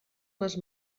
les